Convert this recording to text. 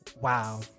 Wow